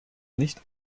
nicht